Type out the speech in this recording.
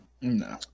No